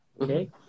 okay